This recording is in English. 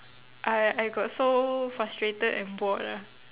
I I got so frustrated and bored lah